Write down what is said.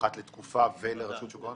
אחת לתקופה וגם לרשות שוק ההון?